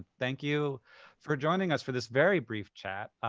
thank you for joining us for this very brief chat.